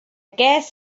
guess